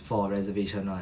for reservation [one]